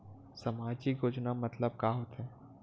सामजिक योजना मतलब का होथे?